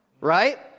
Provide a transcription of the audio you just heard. Right